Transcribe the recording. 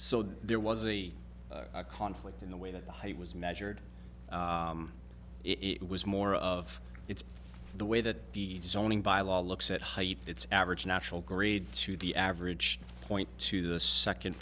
so there was a conflict in the way that the height was measured it was more of it's the way the deed zoning bylaw looks at height its average natural grade to the average point to the second